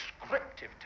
descriptive